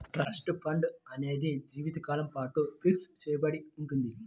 trust fund అనేది జీవితకాలం పాటు ఫిక్స్ చెయ్యబడి ఉంటుంది